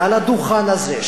מעל הדוכן הזה,